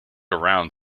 around